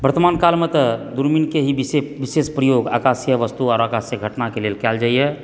वर्तमान कालमे तऽ दूरबीनके ही विशेष प्रयोग आकाशीय वस्तु वा आकाशीय घटना लेल कयल जाइए